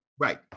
Right